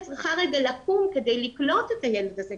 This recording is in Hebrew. צריכה רגע לקום כדי לקלוט את הילד הזה,